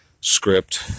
script